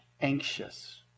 anxious